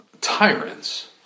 tyrants